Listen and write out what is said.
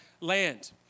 Land